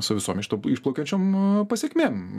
su visom iš to išplaukiančiom pasekmėm